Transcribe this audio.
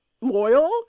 loyal